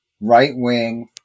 right-wing